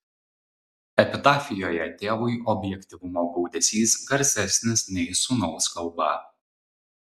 epitafijoje tėvui objektyvumo gaudesys garsesnis nei sūnaus kalba